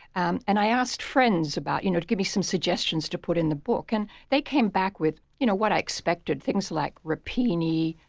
and and i asked friends you know to give me some suggestions to put in the book. and they came back with you know what i expected, things like rapini,